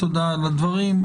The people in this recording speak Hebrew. תודה על הדברים.